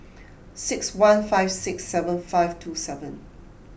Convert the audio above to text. six one five six seven five two seven